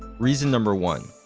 reason number one.